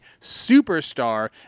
superstar